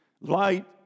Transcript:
Light